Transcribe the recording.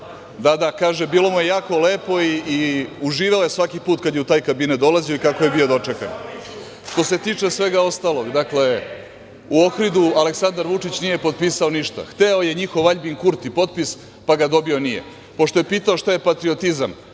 viče, da, kaže da mu je bilo jako lepo i uživao je svaki put kada je u taj kabinet dolazio i kako je bio dočekan. Što se tiče svega ostalog, u Ohridu Aleksandar Vučić nije potpisao ništa, hteo je njihov Aljbin Kurti potpis, pa ga dobio nije. Pošto je pitao šta je patriotizam,